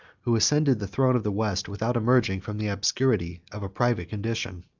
who ascended the throne of the west without emerging from the obscurity of a private condition.